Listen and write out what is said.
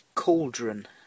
Cauldron